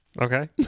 Okay